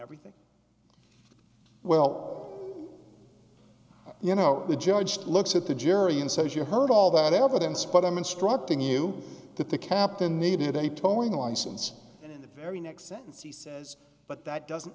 everything well you know the judge looks at the jury and says you heard all that evidence but i'm instructing you that the captain needed a towing license the very next sentence he says but that doesn't